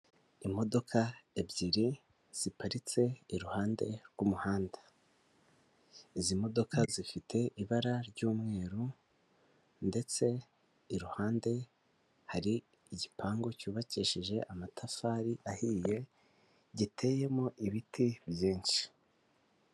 Imodoka ebyiri ziparitse iruhande rw'umuhanda, izi modoka zifite ibara ry'umweru ndetse iruhande hari igipangu cyubakishije amatafari ahiye giteyemo ibiti byinshi.